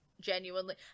genuinely